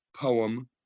poem